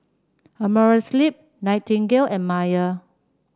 Amerisleep Nightingale and Mayer